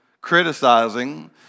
criticizing